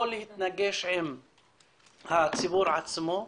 להתנגש עם הציבור עצמו,